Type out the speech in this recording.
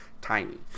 tiny